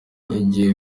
igihe